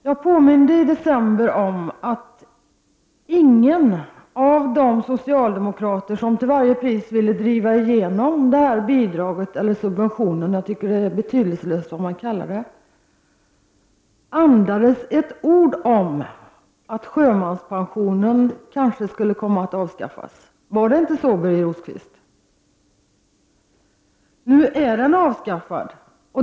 Jag påminde i december om att ingen av de socialdemokrater som till varje pris ville driva igenom bidraget — eller subventionen, jag tycker att det inte har någon betydelse vad man kallar det — andades ett ord om att sjömanspensionen kanske skulle komma att avskaffas. Var det inte så, Birger Rosqvist? Nu är pensionen avskaffad.